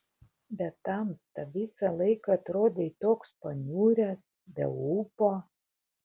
bet tamsta visą laiką atrodei toks paniuręs be ūpo